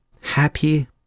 happy